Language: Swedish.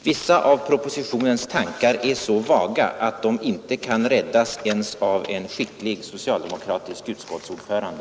Vissa av propositionens tankar är så vaga att de inte kan räddas ens av en skicklig socialdemokratisk utskottsordförande.